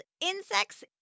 insects